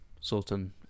Sultan